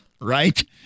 right